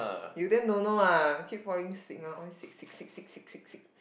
you then don't know ah keep falling sick always sick sick sick sick sick sick sick